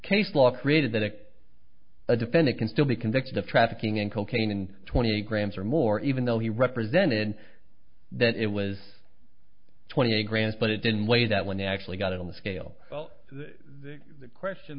case law created that a defendant can still be convicted of trafficking in cocaine in twenty grams or more even though he represented that it was twenty eight grams but it didn't weigh that when he actually got it on the scale well the question